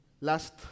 Last